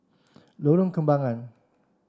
Lorong Kembagan